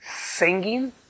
singing